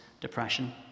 depression